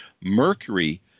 mercury